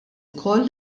ukoll